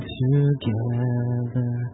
together